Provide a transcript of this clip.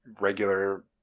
regular